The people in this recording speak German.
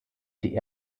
die